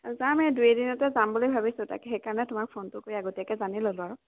যাম এই দুই এদিনতে যাম বুলি ভাবিছোঁ তাকে সেইকাৰণে তোমাক ফোনটো কৰি আগতীয়াকৈ জানি ল'লো আৰু